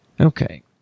Okay